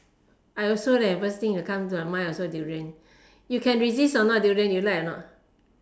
I also eh first thing that come to my mind also durian you can resist or not durian you like or not